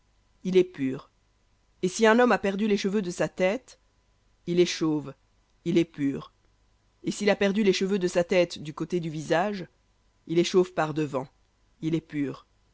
il est pur et si un homme a perdu les cheveux de sa tête il est chauve il est pur et s'il a perdu les cheveux de sa tête du côté du visage il est chauve par devant il est pur